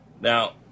Now